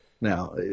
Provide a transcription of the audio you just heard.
Now